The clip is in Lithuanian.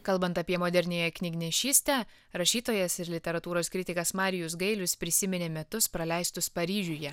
kalbant apie moderniąją knygnešystę rašytojas ir literatūros kritikas marijus gailius prisiminė metus praleistus paryžiuje